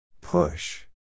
push